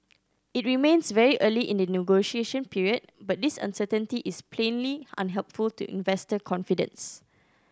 it remains very early in the negotiation period but this uncertainty is plainly unhelpful to investor confidence